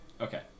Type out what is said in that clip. Okay